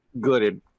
good